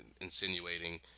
insinuating